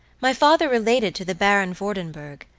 my father related to the baron vordenburg,